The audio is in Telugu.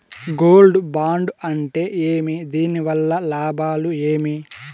గోల్డ్ బాండు అంటే ఏమి? దీని వల్ల లాభాలు ఏమి?